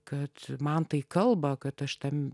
kad man tai kalba kad aš tam